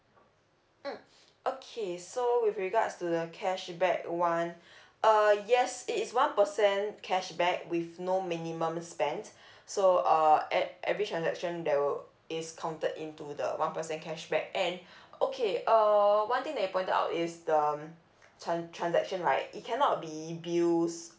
mm okay so with regards to the cashback [one] uh yes it is one percent cashback with no minimum spend so uh at every transaction there will is counted into the one percent cashback and okay uh one thing that you pointed out is the um tran~ transaction right it cannot be bills